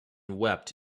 wept